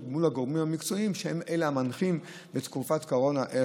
ומול הגורמים המקצועיים שהם שמנחים איך להשתמש בתקופת הקורונה.